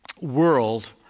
world